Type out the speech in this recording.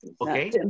Okay